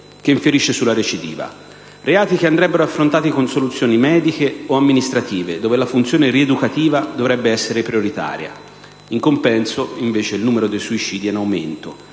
che infierisce sulla recidiva. Reati che andrebbero affrontati con soluzioni mediche o amministrative e rispetto ai quali la funzione rieducativa dovrebbe essere prioritaria. In compenso, invece, il numero dei suicidi è in aumento,